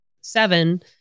seven